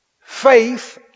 Faith